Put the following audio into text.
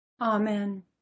Amen